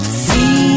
see